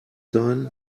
sein